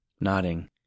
Nodding